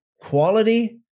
Quality